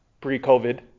pre-COVID